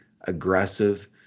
aggressive